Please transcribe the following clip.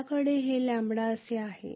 आपल्याकडे हे λ असे आहे